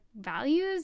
values